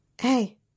Hey